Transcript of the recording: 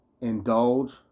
indulge